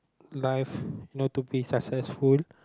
life you know to be successful